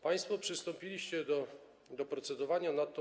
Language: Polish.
Państwo przystąpiliście do procedowania nad nią.